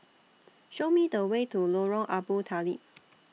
Show Me The Way to Lorong Abu Talib